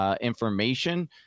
information